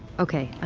okay.